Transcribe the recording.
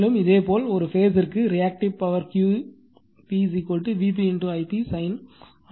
மேலும் இதேபோல் ஒரு பேஸ் ற்கு reactive power Q p Vp Ip sin ஆக இருக்கும்